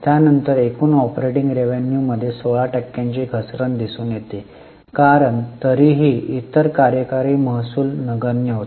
त्यानंतर एकूण ऑपरेटिंग रेव्हेन्यूमध्ये 16 टक्क्यांची घसरण दिसून येते कारण तरीही इतर कार्यकारी महसूल नगण्य होता